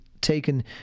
taken